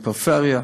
פריפריה,